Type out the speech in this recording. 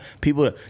people